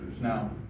Now